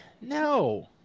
No